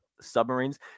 submarines